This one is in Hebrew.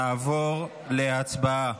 נעבור להצבעה.